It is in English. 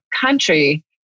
country